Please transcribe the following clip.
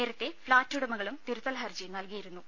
നേരത്തെ ഫ്ളാറ്റ് ഉടമകളും തിരുത്തൽഹർജി നൽകിയിരു ന്നു